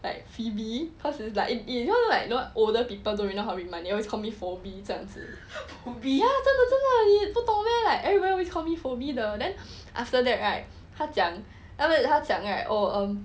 like phoebe cause it's like it if you know like you know older people don't really know how to read mah they always call me for me 这样子真的真的不懂 meh like everybody always call me for me 的 then after that right 他讲他讲 right oh um